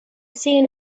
seen